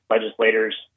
legislators